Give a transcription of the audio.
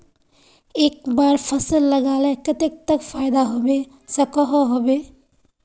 एक बार फसल लगाले कतेक तक फायदा होबे सकोहो होबे?